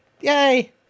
Yay